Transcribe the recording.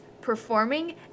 performing